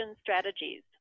Strategies